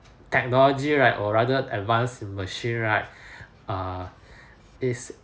technology right or rather advanced machine right err is